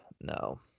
No